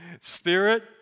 spirit